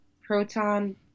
Proton